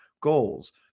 goals